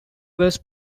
was